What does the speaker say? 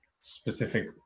specific